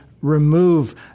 remove